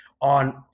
on